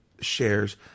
shares